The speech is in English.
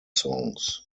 songs